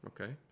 okay